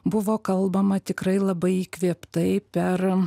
buvo kalbama tikrai labai įkvėptai per